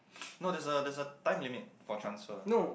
no there's a there's a time limit for transfer